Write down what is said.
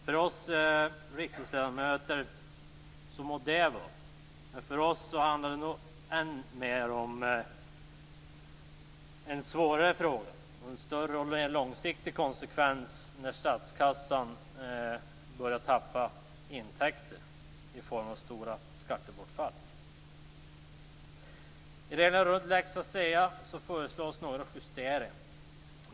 För oss riksdagsledamöter handlar det nog ännu mer om en svårare fråga och en större och mer långsiktig konsekvens när statskassan börjar tappa intäkter i form av stora skattebortfall. I reglerna runt lex ASEA föreslås några justeringar.